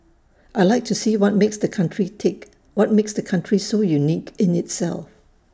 I Like to see what makes the country tick what makes the country so unique in itself